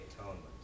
atonement